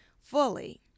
fully